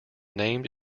named